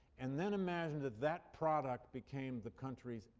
and then imagine that that product became the country's,